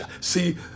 See